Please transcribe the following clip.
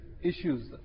issues